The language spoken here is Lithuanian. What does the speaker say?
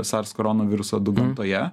sars korona viruso gamtoje